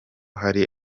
hari